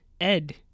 Ed